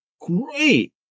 great